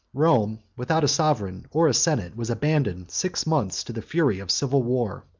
rome, without a sovereign or a senate, was abandoned six months to the fury of civil war.